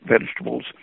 vegetables